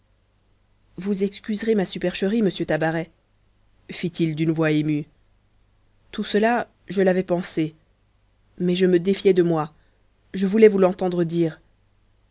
vous excuserez ma supercherie monsieur tabaret fit-il d'une voix émue tout cela je l'avais pensé mais je me défiais de moi je voulais vous l'entendre dire